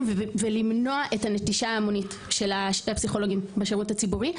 ולמנוע את הנטישה ההמונית של הפסיכולוגים בשירות הציבורי.